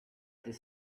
this